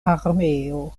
armeo